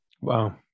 Wow